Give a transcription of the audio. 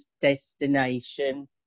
destination